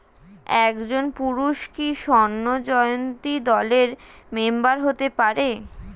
একজন পুরুষ কি স্বর্ণ জয়ন্তী দলের মেম্বার হতে পারে?